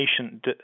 patient